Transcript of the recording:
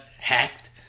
hacked